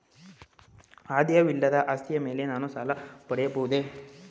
ಆದಾಯವಿಲ್ಲದ ಆಸ್ತಿಯ ಮೇಲೆ ನಾನು ಸಾಲ ಪಡೆಯಬಹುದೇ?